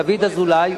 דוד אזולאי,